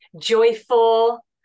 joyful